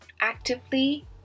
actively